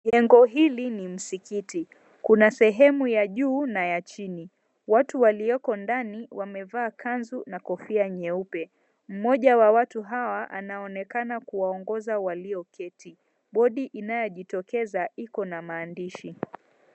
Jengo hili ni msikiti. Kuna sehemu ya juu na ya chini. Watu walioko ndani wamevaa kanzu na kofia nyeupe. Mmoja wa watu hawa anaonekana kuwaongoza walioketi. Bodi inayojitokeza iko na maandishi.